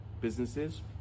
businesses